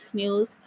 news